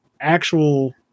actual